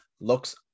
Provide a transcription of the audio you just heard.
looks